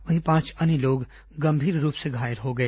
वहीं पांच अन्य लोग गंभीर रूप से घायल हो गए